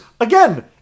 Again